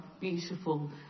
beautiful